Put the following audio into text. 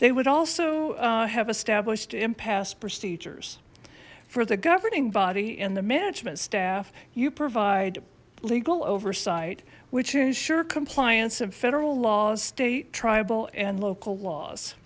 they would also have established in past procedures for the governing body and the management staff you provide legal oversight which ensure compliance of federal laws state tribal and l